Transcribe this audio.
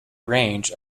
range